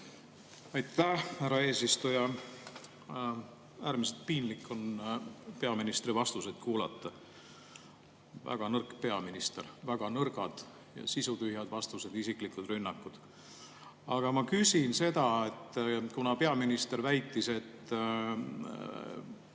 Aitäh, härra eesistuja! Äärmiselt piinlik on peaministri vastuseid kuulata. Väga nõrk peaminister! Väga nõrgad ja sisutühjad vastused, isiklikud rünnakud! Aga ma küsin seda, kuna peaminister väitis, et